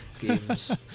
games